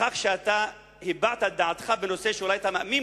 בכך שהבעת את דעתך בנושא שאולי אתה מאמין